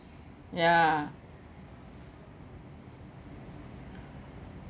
ya